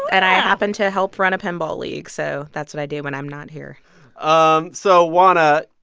and i happen to help run a pinball league. so that's what i do when i'm not here um so juana,